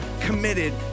committed